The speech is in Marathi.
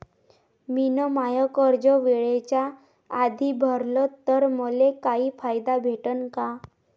मिन माय कर्ज वेळेच्या आधी भरल तर मले काही फायदा भेटन का?